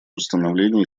установления